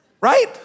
Right